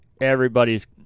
Everybody's